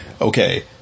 okay